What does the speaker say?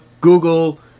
Google